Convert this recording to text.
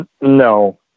No